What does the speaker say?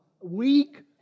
weak